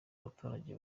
abaturage